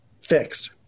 fixed